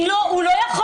הוא לא יכול.